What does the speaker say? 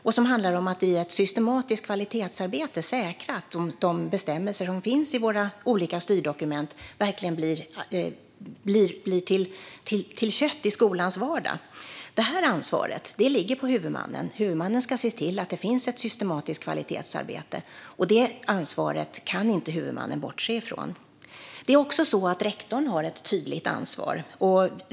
Det handlar om att via ett systematiskt kvalitetsarbete säkra att de bestämmelser som finns i våra olika styrdokument verkligen blir till kött i skolans vardag. Detta ansvar ligger på huvudmannen. Huvudmannen ska se till att det finns ett systematiskt kvalitetsarbete. Detta ansvar kan huvudmannen inte bortse från. Även rektorn har ett tydligt ansvar.